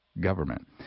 government